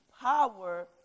power